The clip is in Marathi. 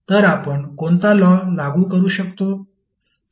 तर आपण कोणता लॉ लागू करू शकतो